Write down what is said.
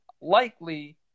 likely